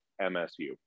MSU